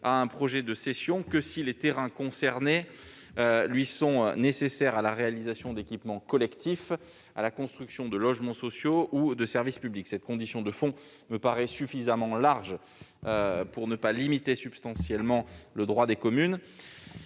à un projet de cession que si les terrains concernés sont nécessaires à la réalisation d'équipements collectifs, à la construction de logements sociaux ou de services publics. Cette condition de fond me paraît suffisamment large pour ne pas limiter substantiellement le droit des communes